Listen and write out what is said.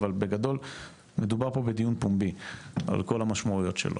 אבל בגדול מדובר פה בדיון פומבי על כל המשמעויות שלו.